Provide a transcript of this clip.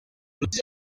uruti